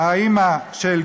אלוקי ישראל.